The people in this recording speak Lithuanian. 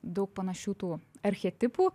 daug panašių tų archetipų